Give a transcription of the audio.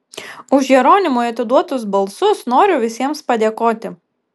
už jeronimui atiduotus balsus noriu visiems padėkoti